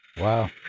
wow